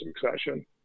succession